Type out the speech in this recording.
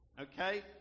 Okay